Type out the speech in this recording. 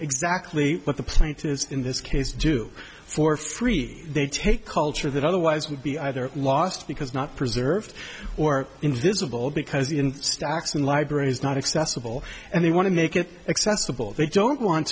exactly what the plaintiffs in this case do for free they take culture that otherwise would be either lost because not preserved or invisible because the stacks and libraries not accessible and they want to make it accessible they don't want